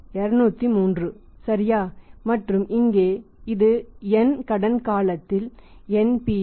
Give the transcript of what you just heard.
203 சரியா மற்றும் இங்கே இது N கடன் காலத்தில் NPV